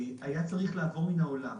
היה צריך לעבור מן העולם.